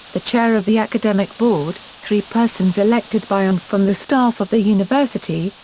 the chair of the academic board, three persons elected by and from the staff of the university,